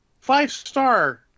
five-star